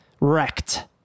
wrecked